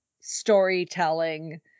storytelling